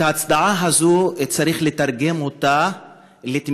את ההצדעה הזאת צריך לתרגם לתמיכה,